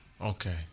Okay